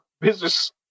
business